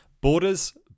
Borders